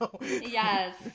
Yes